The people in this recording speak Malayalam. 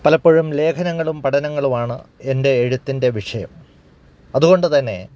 പലപ്പോഴും ലേഖനങ്ങളും പഠനങ്ങളുമാണ് എൻ്റെ എഴുത്തിൻ്റെ വിഷയം അതുകൊണ്ടുതന്നെ